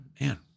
Man